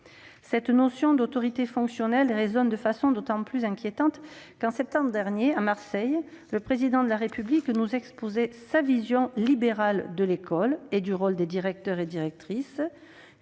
Cette notion d'autorité fonctionnelle résonne de façon d'autant plus inquiétante qu'en septembre dernier, à Marseille, le Président de la République nous exposait sa vision libérale de l'école et du rôle des directeurs et directrices,